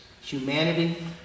humanity